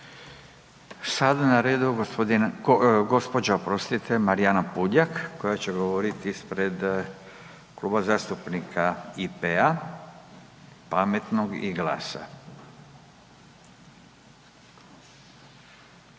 Sada je na redu g., gđa., oprostite, Marijana Puljak, koja će govoriti ispred Kluba zastupnika IP-a, Pametnog i GLAS-a,